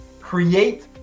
create